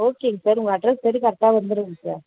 ஓகேங்க சார் உங்கள் அட்ரஸ்படி கரெக்டாக வந்துவிடுங்க சார்